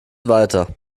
weiter